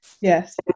Yes